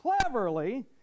cleverly